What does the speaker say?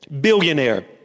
Billionaire